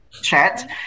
chat